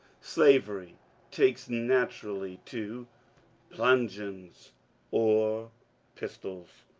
slavery takes naturally to bludgeons or pistols.